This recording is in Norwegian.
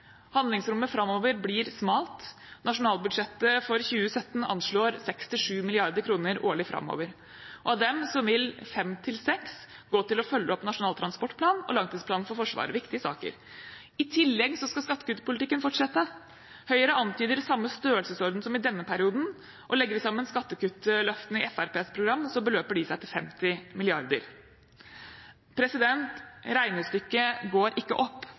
Handlingsrommet framover blir smalt, nasjonalbudsjettet for 2017 anslår 6 mrd.–7 mrd. kr årlig framover, og av dem vil 5 mrd.–6 mrd. kr gå til å følge opp Nasjonal transportplan og langtidsplanen for Forsvaret – viktige saker. I tillegg skal skattekuttpolitikken fortsette. Høyre antyder samme størrelsesorden som i denne perioden, og legger vi sammen skattekuttløftene i Fremskrittspartiets program, beløper de seg til 50 mrd. kr. Regnestykket går ikke opp,